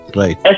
right